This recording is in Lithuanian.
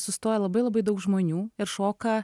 sustoja labai labai daug žmonių ir šoka